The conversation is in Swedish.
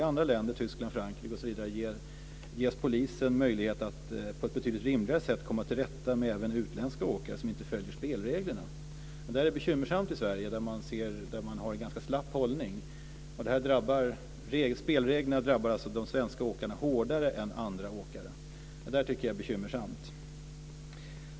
I andra länder som Tyskland och Frankrike ges polisen möjlighet att på ett betydligt rimligare sätt komma till rätta med även utländska åkare som inte följer spelreglerna. Det här är bekymmersamt i Sverige, där man har en ganska slapp hållning. Spelreglerna drabbar därför de svenska åkarna hårdare än andra åkare. Det tycker jag är bekymmersamt.